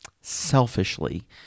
selfishly